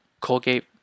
Colgate